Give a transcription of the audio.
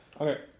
Okay